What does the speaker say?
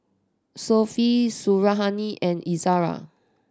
Sofea Suriani and Izara